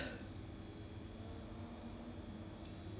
but 也是有好 lah because like you do that orh then